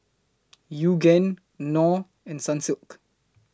Yoogane Knorr and Sunsilk